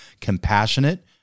compassionate